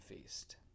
Feast